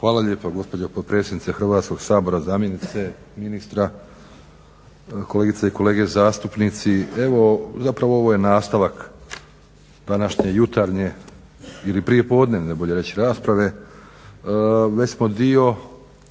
Hvala lijepa gospođo potpredsjednice Hrvatskog sabora, zamjenice ministra, kolegice i kolege zastupnici. Evo, zapravo ovo je nastavak današnje jutarnje ili prijepodnevne bolje reći rasprave. Već smo dio